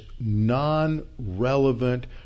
non-relevant